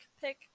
pick